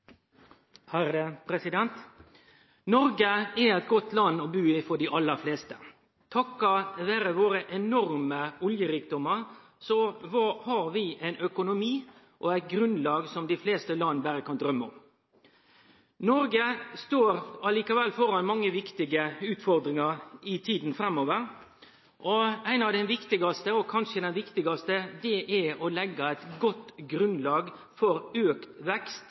her på Stortinget for å utvikle norsk klimapolitikk ytterligere. Replikkordskiftet er omme. Noreg er eit godt land å bu i for dei aller fleste. Takk vere våre enorme oljerikdomar har vi ein økonomi og eit grunnlag som dei fleste land berre kan drøyme om. Noreg står likevel framfor mange viktige utfordringar i tida framover, og ei av dei viktigaste – kanskje den viktigaste – er å leggje eit godt grunnlag for auka vekst,